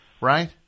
right